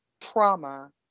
trauma